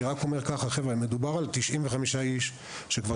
אני רק אומר ככה: מדובר על 95 איש שכבר